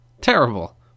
Terrible